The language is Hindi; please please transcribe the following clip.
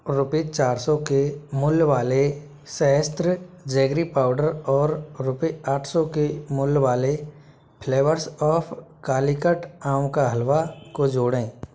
रूपए चार सौ के मूल्य वाले सहस्त्र जेगरी पाउडर और रूपए आठ सौ के मूल्य वाले फ्लेवर्स ऑफ़ कालीकट आम का हलवा को जोड़ें